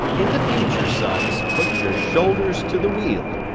in the future, sons, put your shoulders to the wheel.